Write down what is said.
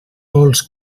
vols